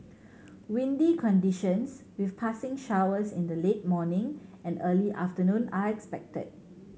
windy conditions with passing showers in the late morning and early afternoon are expected